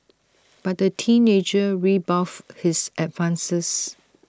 but the teenager rebuffed his advances